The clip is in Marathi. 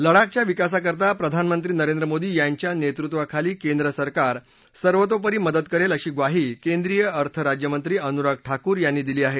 लडाखच्या विकासाकरता प्रधानमंत्री नरेंद्र मोदी यांच्या नेतृत्वाखाली केंद्रसरकार सर्वतोपरी मदत करेल अशी ग्वाही केंद्रीय अर्थ राज्यमंत्री अनुराग ठाकूर यांनी दिली आहे